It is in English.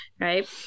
Right